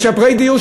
משפרי דיור,